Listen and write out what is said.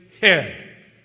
head